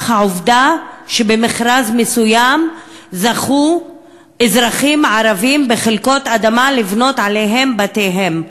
העובדה שבמכרז מסוים זכו אזרחים ערבים בחלקות אדמה לבנות שם את בתיהם.